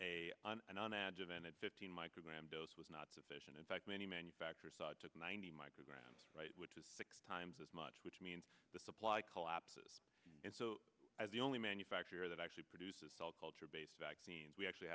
a on and on edge of an addicting microgram dose was not sufficient in fact many manufacturers took ninety micrograms which is six times as much which means the supply collapses and so as the only manufacturer that actually produces cell culture based vaccines we actually